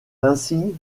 insigne